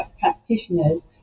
practitioners